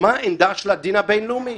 מה העמדה של הדין הבינלאומי?